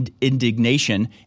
indignation